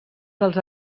dels